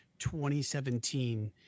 2017